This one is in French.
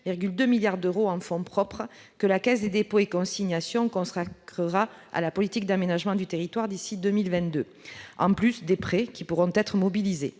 5,2 milliards d'euros en fonds propres que la Caisse des dépôts et consignations consacrera à la politique d'aménagement du territoire d'ici à 2022, en plus des prêts qui pourront être mobilisés.